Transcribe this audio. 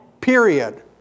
Period